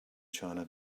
china